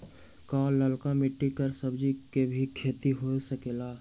का लालका मिट्टी कर सब्जी के भी खेती हो सकेला?